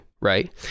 right